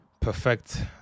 perfect